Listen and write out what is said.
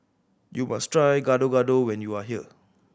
you must try Gado Gado when you are here